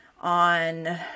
on